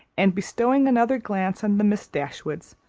and bestowing another glance on the miss dashwoods,